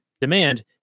demand